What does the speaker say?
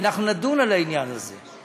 אנחנו נדון בעניין הזה.